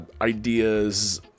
ideas